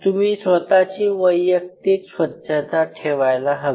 तुम्ही स्वतःची वैयक्तिक स्वच्छता ठेवायला हवी